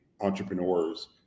entrepreneurs